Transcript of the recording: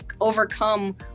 overcome